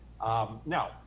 Now